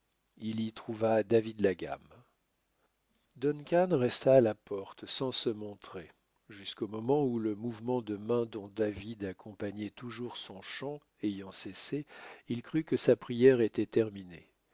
il y trouva david la gamme duncan resta à la porte sans se montrer jusqu'au moment où le mouvement de main dont david accompagnait toujours son chant ayant cessé il crut que sa prière était terminée